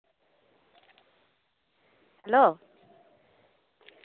hello